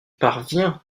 parvient